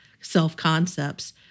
self-concepts